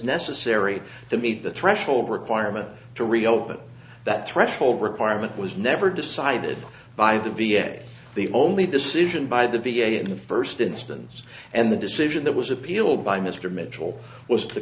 necessary to meet the threshold requirement to reopen that threshold requirement was never decided by the v a the only decision by the v a in the first instance and the decision that was appealed by mr